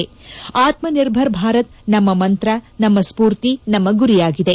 ಆತ್ನಿರ್ಭರ್ ಭಾರತ್ ನಮ್ಮ ಮಂತ್ರ ನಮ್ಮ ಸ್ಪೂರ್ತಿ ನಮ್ಮ ಗುರಿಯಾಗಿದೆ